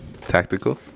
Tactical